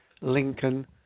Lincoln